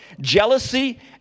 jealousy